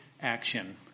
action